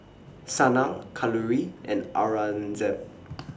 Sanal Kalluri and Aurangzeb